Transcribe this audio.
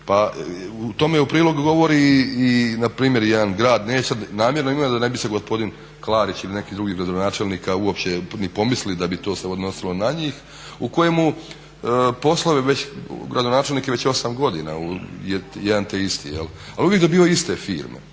pa tome u prilog govori i na primjer jedan grad. Neću sad namjerno ime da ne bi se gospodin Klarić ili neki drugi od gradonačelnika uopće ni pomislili da bi to se odnosilo na njih u kojemu poslove, gradonačelnik je već 8 godina jedan te isti, ali uvijek dobivaju iste firme.